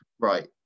right